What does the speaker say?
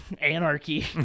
anarchy